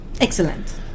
Excellent